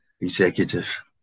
executive